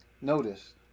Notice